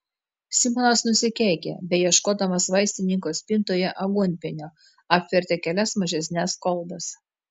simonas nusikeikė beieškodamas vaistininko spintoje aguonpienio apvertė kelias mažesnes kolbas